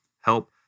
help